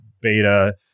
beta